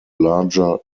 larger